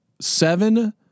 seven